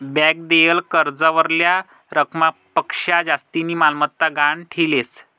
bank देयेल कर्जावरल्या रकमपक्शा जास्तीनी मालमत्ता गहाण ठीलेस